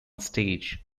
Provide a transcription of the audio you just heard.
stage